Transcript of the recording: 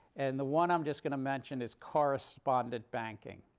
and the one i'm just going to mention is correspondent banking.